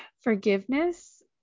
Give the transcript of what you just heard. Forgiveness